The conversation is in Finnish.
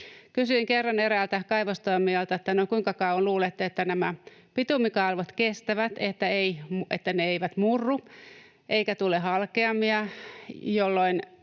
Kysyin kerran eräältä kaivostoimijalta, että kuinka kauan he luulevat, että nämä bitumikalvot kestävät, että ne eivät murru eikä tule halkeamia, jolloin